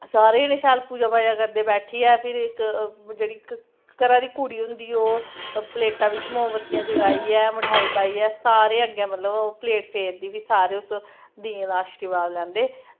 सारे जनें पूजा करदे बैठियै फिर जेह्ड़ी इक्क घरा दी कुड़ी होंदी ओह् प्लेटा बिच मोमबती पाइयै जगाइयै कि सारे अग्गें मतलब ओह् प्लेट फेरदी कि सारे मतलब बड्डें दा शीरबाद लैंदे